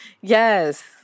Yes